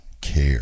care